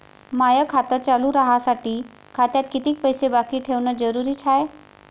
माय खातं चालू राहासाठी खात्यात कितीक पैसे बाकी ठेवणं जरुरीच हाय?